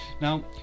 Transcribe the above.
Now